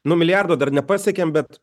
nu milijardo dar nepasiekėm bet